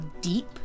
deep